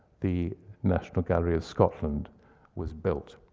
the national gallery of scotland was built.